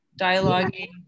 dialoguing